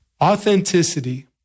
Authenticity